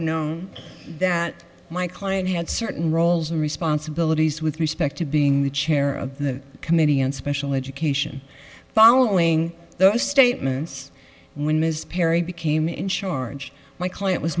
known that my client had certain roles and responsibilities with respect to being the chair of the committee on special education following those statements when ms perry became in charge my client was